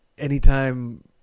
Anytime